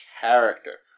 character